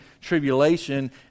Tribulation